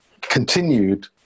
continued